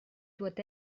doit